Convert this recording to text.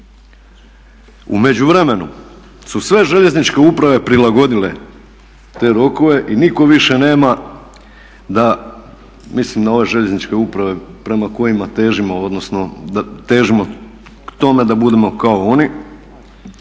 U međuvremenu su sve željezničke uprave prilagodile te rokove i nitko više nema, mislim na ove željezničke uprave prema kojima težimo, odnosno da težimo k tome da budemo kao oni,